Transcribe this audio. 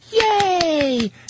yay